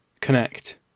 connect